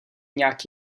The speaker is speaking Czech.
nějak